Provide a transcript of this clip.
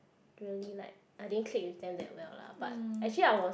really like I didn't click with them that well lah but actually I was